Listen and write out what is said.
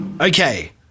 Okay